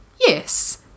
yes